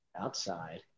Outside